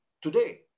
today